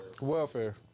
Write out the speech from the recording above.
Welfare